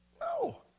No